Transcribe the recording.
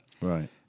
Right